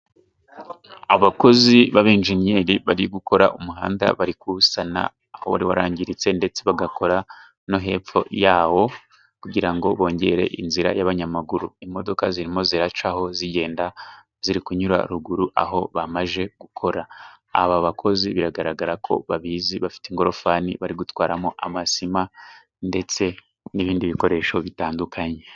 Abakozi b'abejeniyeri bari gukora umuhanda bari kuwusana aho wari warangiritse ndetse bagakora no hepfo yawo kugira ngo bongere inzira y'abanyamaguru imodoka zirimo ziracaho zigenda ziri kunyura ruguru aho bamaze gukora aba bakozi biragaragara ko babizi bafite ingorofani bari gutwaramo amasima ndetse n'ibindi bikoresho bitandukanye.